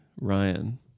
Ryan